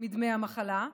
מדמי המחלה,